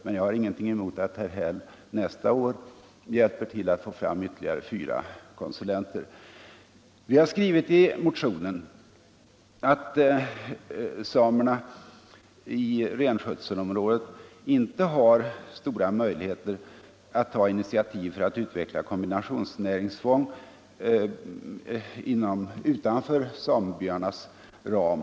Men jag har ingenting emot att herr Häll nästa år hjälper till att få fram ytterligare fyra konsulenter. Vi har i motionen skrivit att samerna i renskötselområdet inte har stora möjligheter att ta initiativ för att utveckla kombinationsnäringsfång utanför samebyarnas ram.